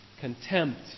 contempt